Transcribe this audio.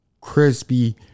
crispy